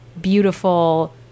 beautiful